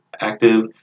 active